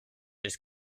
his